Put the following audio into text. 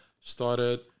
started